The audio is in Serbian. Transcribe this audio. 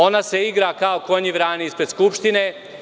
Ona se igra kao konji vrani ispred Skupštine.